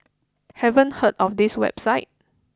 haven't heard of this website